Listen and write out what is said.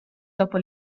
dopo